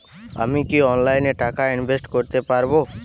আমি কি অনলাইনে টাকা ইনভেস্ট করতে পারবো?